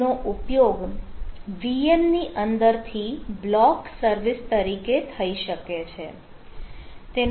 તેનો ઉપયોગ VM ની અંદર થી બ્લોક સર્વિસ તરીકે થઈ શકે છે